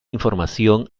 información